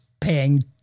paying